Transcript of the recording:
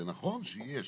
זה נכון שיש